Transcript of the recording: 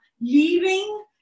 leaving